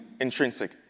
intrinsic